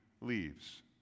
leaves